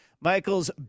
Michael's